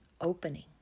opening